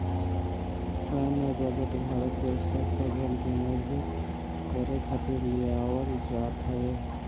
सैन्य बजट भारत के शस्त्र बल के मजबूत करे खातिर लियावल जात हवे